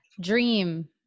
Dream